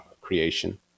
creation